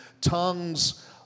tongues